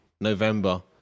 November